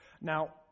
Now